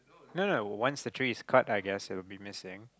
no no no once the tree is cut I guess it will be missing